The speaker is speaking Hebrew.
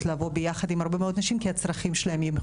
לבוא ביחד עם הרבה מאוד נשים כי הצרכים שלהן הם ייחודיים ושונים.